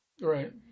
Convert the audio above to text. Right